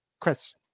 Chris